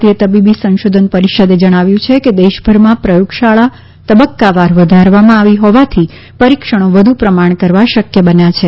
ભારતીય તબીબી સંશોધન પરિષદે જણાવ્યું છેકે દેશભરમાં પ્રયોગશાળા તબક્કાવાર વધારવામાં આવી હોવાથી પરિક્ષણો વધુ પ્રમાણ કરવા શક્ય બન્યાં છે